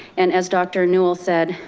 and as dr. newell said,